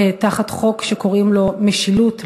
תחת חוק שקוראים לו משילות,